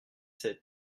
sept